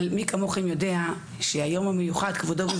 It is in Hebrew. אבל מי כמוכם יודע שכבודו של היום המיוחד מונח,